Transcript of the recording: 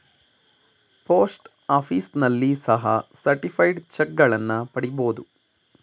post ಆಫೀಸ್ನಲ್ಲಿ ಸಹ certified ಚಕ್ಗಳನ್ನ ಪಡಿಬೋದು